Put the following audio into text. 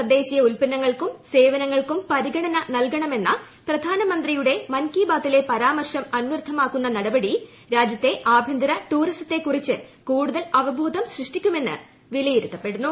തദ്ദേശീയ ഉൽപ്പന്നങ്ങൾക്കും സേവനങ്ങൾക്കും പരിഗണന നൽകണമെന്ന പ്രധാനമന്ത്രിയുടെ മൻ കി ബാത്തിലെ പരാമർശം അന്വർത്ഥമാക്കുന്ന നടപടി രാജ്യത്തെ ആഭ്യന്തര ടൂറിസത്തെക്കുറിച്ച് കൂടുതൽ അവബോധം സൃഷ്ടിക്കുമെന്ന് വിലയിരുത്തപ്പെടുന്നു